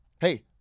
Hey